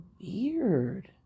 weird